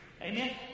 Amen